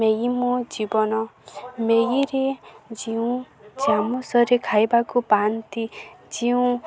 Maggi ମୋ ଜୀବନ ମ୍ୟାଗିରେ ଯେଉଁ ଚାମୁଚରେ ଖାଇବାକୁ ପାଆନ୍ତି ଯେଉଁ